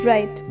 Right